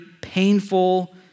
painful